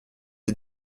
des